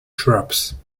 shrubs